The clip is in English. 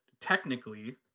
technically